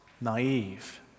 naive